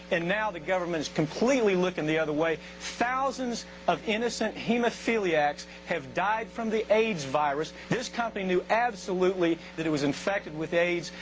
and now the government is completely looking the other way. thousands of innocent hemophiliacs have died from the aids virus. this company knew absolutely that it was infected with aids,